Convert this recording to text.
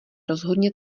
rozhodně